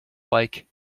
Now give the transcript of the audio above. like